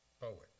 poet